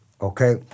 Okay